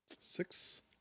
Six